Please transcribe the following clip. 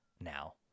now